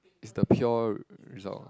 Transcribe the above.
is the pure result